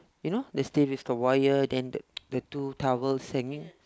you know they still with the wire then the two towers hanging